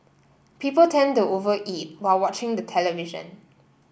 people tend over eat while watching the television